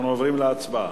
אנחנו עוברים להצבעה.